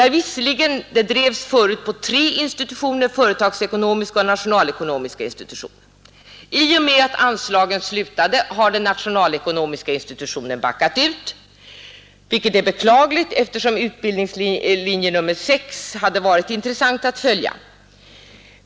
RISK drevs förut på tre institutioner: den företagsekonomiska, den nationalekonomiska och den statistiska institutionen. I och med att anslagen upphörde har den nationalekonomiska institutionen backat ut, vilket är beklagligt eftersom utbildningslinje nr 6 hade varit intressant att följa.